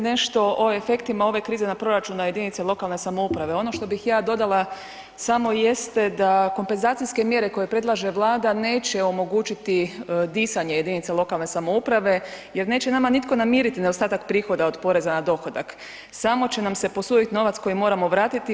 Kolega VEšligaj rekli ste nešto o efektima ove krize na proračun jedinica lokalne samouprave, ono što bih ja dodala samo jeste da kompenzacijske mjere koje predlaže Vlada neće omogućiti disanje jedinica lokalne samouprave jer neće nama nitko namiriti nedostatak prihoda od poreza na dohodak, samo će nam se posuditi novac koji moramo vratiti.